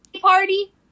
party